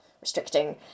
restricting